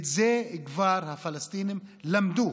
את זה הפלסטינים כבר למדו,